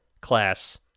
class